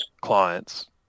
clients